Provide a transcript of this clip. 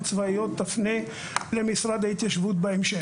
צבאיות תפנה למשרד ההתיישבות בהמשך.